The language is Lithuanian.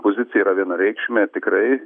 pozicija yra vienareikšmė tikrai